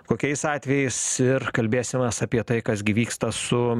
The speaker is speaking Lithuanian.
kokiais atvejais ir kalbėsimės apie tai kas gi vyksta su